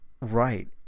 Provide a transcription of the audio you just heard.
right